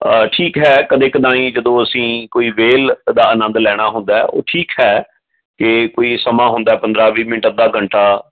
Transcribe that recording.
ਠੀਕ ਹੈ ਕਦੇ ਕਦਾਈ ਜਦੋਂ ਅਸੀਂ ਕੋਈ ਵੇਹਲ ਦਾ ਆਨੰਦ ਲੈਣਾ ਹੁੰਦਾ ਉਹ ਠੀਕ ਹੈ ਕਿ ਕੋਈ ਸਮਾਂ ਹੁੰਦਾ ਪੰਦਰ੍ਹਾਂ ਵੀਹ ਮਿੰਟ ਅੱਧਾ ਘੰਟਾ